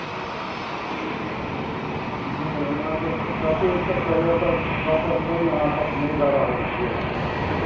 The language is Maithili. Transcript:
नहि हमरा अहाँके काफी एक तऽ पहिले तऽ प्रॉपर पानि अहाँसभ नहि दऽ रहल छियै